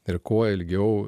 ir kuo ilgiau